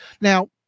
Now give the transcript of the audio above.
Now